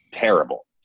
terrible